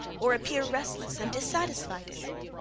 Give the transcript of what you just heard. or appear restless and dissatisfied in it?